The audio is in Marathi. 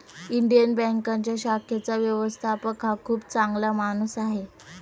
इंडियन बँकेच्या शाखेचा व्यवस्थापक हा खूप चांगला माणूस आहे